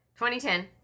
2010